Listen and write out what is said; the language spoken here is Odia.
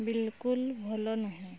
ବିଲକୁଲ୍ ଭଲ ନୁହେଁ